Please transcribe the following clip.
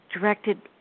directed